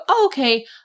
okay